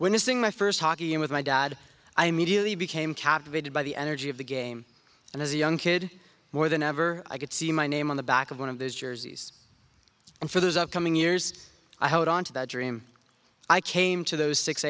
witnessing my first hockey game with my dad i immediately became captivated by the energy of the game and as a young kid more than ever i could see my name on the back of one of those jerseys and for those upcoming years i hold on to that dream i came to those six